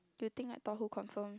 you think I thought who confirm